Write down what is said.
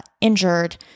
injured